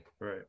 Right